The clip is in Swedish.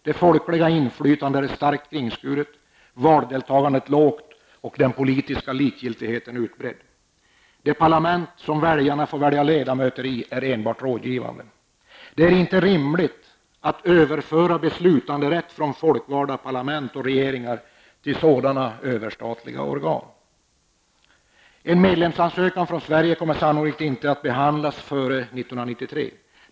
Det folkliga inflytandet är starkt kringskuret, valdeltagandet är lågt och den politiska likgiltigheten utbredd. Det parlament som väljarna får välja ledamöter i är enbart rådgivande. Det är inte rimligt att överföra beslutanderätt från folkvalda parlament och regeringar till sådana överstatliga organ. En medlemsansökan från Sverige kommer sannolikt inte att behandlas före 1993.